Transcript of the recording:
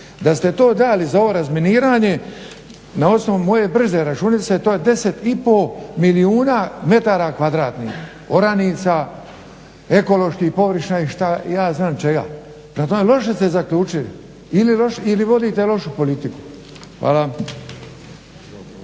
Da ste to dali za ovo razminiranje na osnovu moje brze računice to je 10 i pol milijuna metara kvadratnih, oranica, ekološki …/Govornik se ne razumije./… ja znam čega. Prema tome loše ste zaključili ili vodite lošu politiku. Hvala. **Leko,